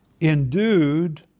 endued